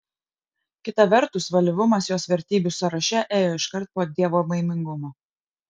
kita vertus valyvumas jos vertybių sąraše ėjo iškart po dievobaimingumo